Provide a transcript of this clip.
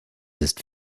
ist